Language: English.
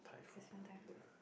some Thai food